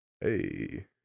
Hey